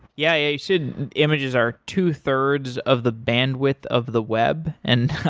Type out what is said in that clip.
yeah, you said images are two thirds of the bandwidth of the web and